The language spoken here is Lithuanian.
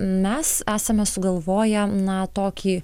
mes esame sugalvoję na tokį